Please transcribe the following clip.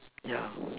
yeah